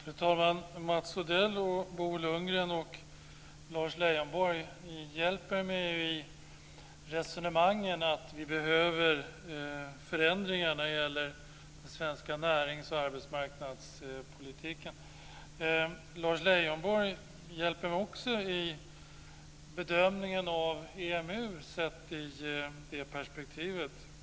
Fru talman! Mats Odell, Bo Lundgren och Lars Leijonborg hjälper mig i resonemangen att vi behöver förändringar av den svenska närings och arbetsmarknadspolitiken. Lars Leijonborg hjälper mig också i bedömningen av EMU sett i det perspektivet.